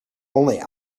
only